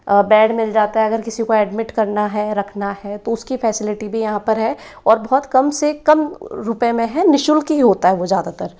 bad मिल जाता है अगर किसी को एडमिट करना है रखना है तो उसकी फ़ैसिलिटी भी यहाँ पर है और बहुत कम से कम रुपए में है नि शुल्क ही होता है वो ज़्यादातर